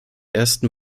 ersten